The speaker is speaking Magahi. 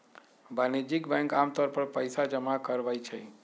वाणिज्यिक बैंक आमतौर पर पइसा जमा करवई छई